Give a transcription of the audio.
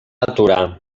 aturar